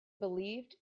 believed